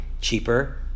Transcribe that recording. Cheaper